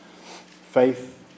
faith